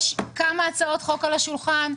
יש כמה הצעות חוק על השולחן.